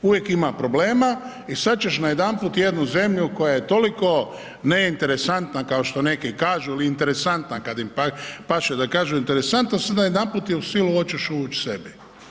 Uvijek ima problema i sad ćeš najedanput jednu zemlju koja je toliko neinteresantna kao što neki kažu ili interesantna kad im paše da kažu interesantna, sad najedanput je u silu hoćeš uvuć sebi.